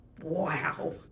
wow